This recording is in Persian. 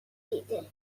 دیده